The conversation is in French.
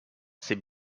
ses